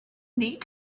need